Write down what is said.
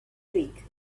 streak